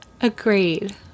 Agreed